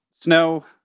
snow